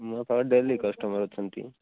ମୋ ପାଖରେ daily customer ଅଛନ୍ତି